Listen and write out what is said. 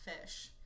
fish